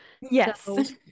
Yes